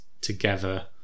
together